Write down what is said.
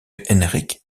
henryk